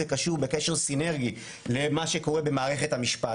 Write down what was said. זה קשור בקשר סינרגי למה שקורה במערכת המשפט,